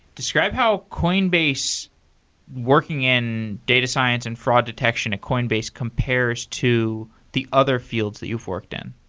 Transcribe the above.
describe how coinbase working in data science and fraud detection, a coinbase compares to the other fields that you've worked in.